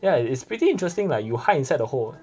yeah it's pretty interesting lah you hide inside the hole